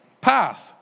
path